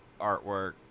artwork